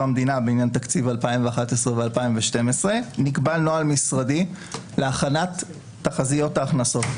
המדינה בעניין תקציב 2011 ו-2012 נקבע נוהל משרדי להכנת תחזיות ההכנסות,